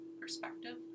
perspective